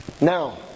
Now